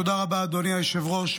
תודה רבה, אדוני היושב-ראש.